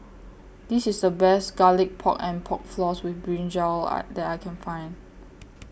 This IS The Best Garlic Pork and Pork Floss with Brinjal I that I Can Find